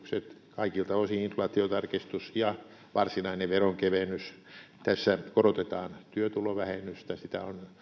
kaikilta osin inflaatiotarkistus ja varsinainen veronkevennys tässä korotetaan työtulovähennystä sitä on